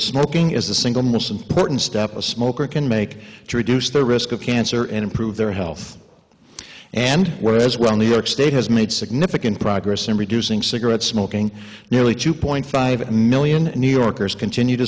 smoking is the single most important step a smoker can make traduced their risk of cancer and improve their health and what as well new york state has made significant progress in reducing cigarette smoking nearly two point five million new yorkers continue to